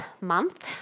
month